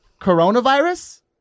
Coronavirus